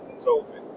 COVID